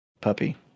puppy